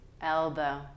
elbow